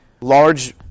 large